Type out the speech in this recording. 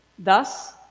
Thus